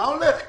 מה הולך כאן?